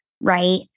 right